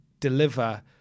deliver